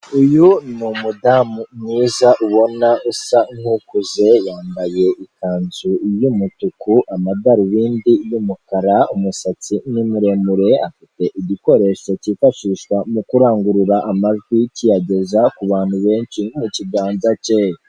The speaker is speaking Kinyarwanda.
Uyu ni umudamu mwiza ubona usa nkukuze yambaye ikanzu y'umutuku amadarubindi y'umukara umusatsi ni muremure afite igikoresho cyifashishwa mu kurangurura amajwi kiyageza ku bantu benshi mu kiganza cye.